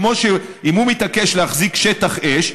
כמו שאם הוא מתעקש להחזיק שטח אש,